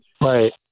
right